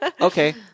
Okay